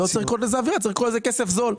צריך לקרוא לזה כסף זול.